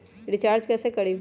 Recharge कैसे करीब?